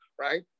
right